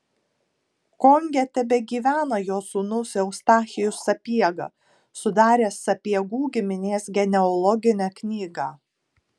konge tebegyvena jo sūnus eustachijus sapiega sudaręs sapiegų giminės genealoginę knygą